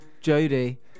Jody